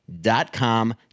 dot-com